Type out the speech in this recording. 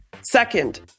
Second